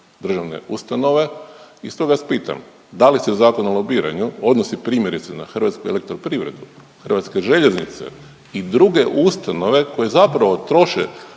državne ustanove. I stoga vas pitam da li se Zakon o lobiranju odnosi primjerice na Hrvatsku elektroprivredu, Hrvatske željeznice i druge ustanove koje zapravo troše